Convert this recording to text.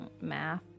Math